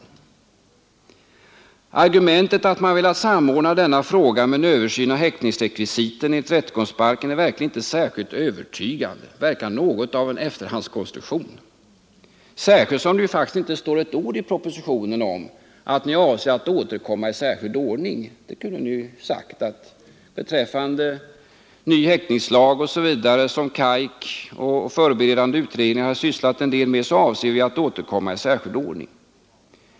Argumentet att man velat samordna denna fråga med en översyn av häktningsrekvisiten enligt rättegångsbalken är verkligen inte särskilt övertygande. Det verkar vara något av en efterhandskonstruktion, särskilt som det inte står ett ord i propositionen om att avsikten är att återkomma i särskild ordning. Ni kunde ju ha sagt att Ni beträffande ny häkteslag osv., som KAIK och förberedande utredningar sysslat en del med, avser att återkomma i särskild ordning.